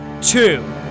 two